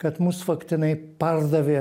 kad mus faktinai pardavė